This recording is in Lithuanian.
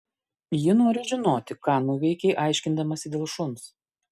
ji nori žinoti ką nuveikei aiškindamasi dėl šuns